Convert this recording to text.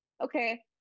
okay